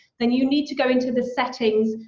then you need to go into the settings,